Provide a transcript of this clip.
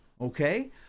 Okay